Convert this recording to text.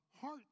heart